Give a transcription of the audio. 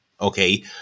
Okay